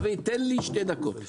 דויד תן לי שתי דקות.